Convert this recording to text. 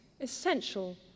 essential